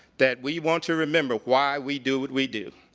that we want to remember why we do what we do.